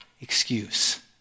excuse